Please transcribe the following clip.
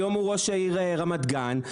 היום הוא ראש העיר רמת גן,